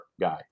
guy